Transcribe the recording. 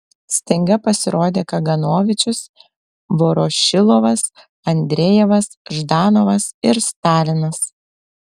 staiga pasirodė kaganovičius vorošilovas andrejevas ždanovas ir stalinas